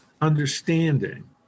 understanding